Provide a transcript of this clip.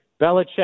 Belichick